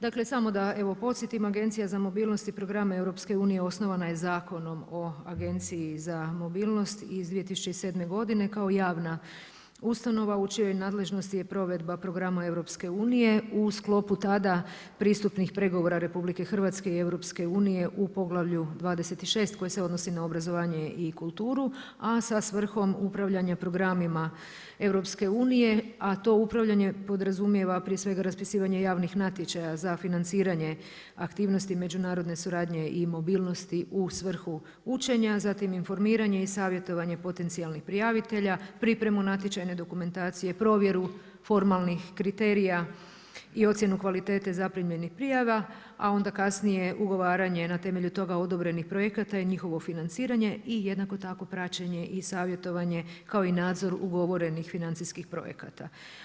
Dakle samo da evo podsjetim, Agencija za mobilnost i programe EU osnovana je Zakonom o agenciji za mobilnost iz 2007. godine kao javna ustanova u čijoj nadležnosti je provedba programa EU, sklopu tada pristupnih pregovora RH i EU u poglavlju 26 koje se odnosi na obrazovanje i kulturu a sa svrhom upravljanja programima EU a to upravljanje podrazumijeva prije svega raspisivanje javnih natječaja za financiranje aktivnosti međunarodne suradnje i mobilnosti u svrhu učenja, zatim informiranje i savjetovanje potencijalnih prijavitelja, pripremu natječajne dokumentacije, provjeru formalnih kriterija i ocjenu kvalitete zaprimljenih prijava a onda kasnije ugovaranje na temelju toga odobrenih projekata i njihovo financiranje i jednako tako praćenje i savjetovanje kao i nadzor ugovorenih financijskih projekata.